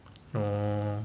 orh